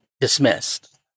dismissed